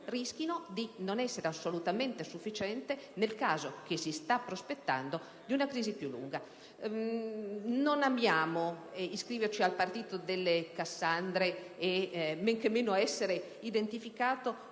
rischino di non essere assolutamente sufficienti nel caso, che si sta prospettando, di una crisi più lunga. Non amiamo iscriverci al partito delle Cassandre e men che meno essere identificati